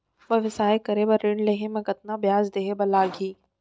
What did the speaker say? व्यवसाय करे बर ऋण लेहे म कतना ब्याज देहे बर लागही?